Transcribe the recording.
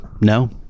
No